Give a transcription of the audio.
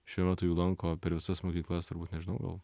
šiuo metu jau lanko per visas mokyklas nežinau